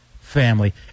family